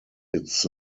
its